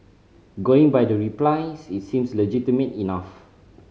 going by the replies it seems legitimate enough